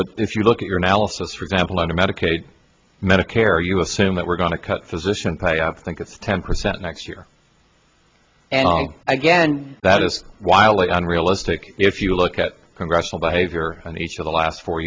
but if you look at your analysis for example under medicaid medicare you assume that we're going to cut physician pay i think it's ten percent next year and again that is wildly unrealistic if you look at congressional behavior and each of the last four